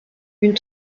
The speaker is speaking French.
une